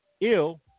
ill